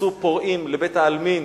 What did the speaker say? נכנסו פורעים לבית-העלמין